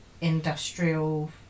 industrial